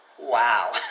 Wow